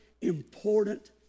important